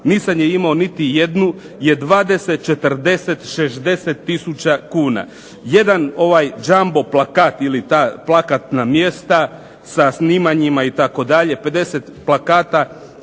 nisam je imao niti jednu je 20, 40, 60 tisuća kuna. Jedan ovaj jumbo plakat ili ta plakatna mjesta sa snimanjima itd., 50 plakata